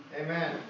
Amen